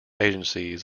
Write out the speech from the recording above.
agencies